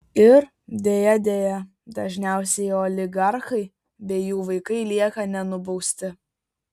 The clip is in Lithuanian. ir deja deja dažniausiai oligarchai bei jų vaikai lieka nenubausti